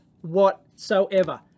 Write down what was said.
whatsoever